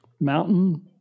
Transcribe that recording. Mountain